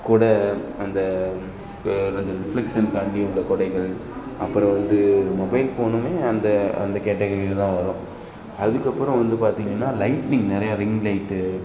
கொடை அந்த வேறு அந்த ரிஃப்ளெக்ஷன் காண்டி உள்ள குடைகள் அப்புறம் வந்து ஒரு மொபைல் ஃபோனுமே அந்த அந்தக் கேட்டகரியில் தான் வரும் அதுக்கப்புறம் வந்து பார்த்திங்கன்னா லைட்டிங் நிறையா ரிங் லைட்டு